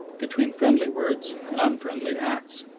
between friendly words and unfriendly acts?